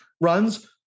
runs